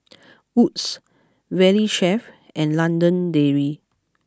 Wood's Valley Chef and London Dairy